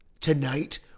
Tonight